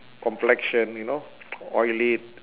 complexion you know oil it